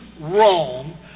wrong